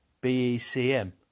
B-E-C-M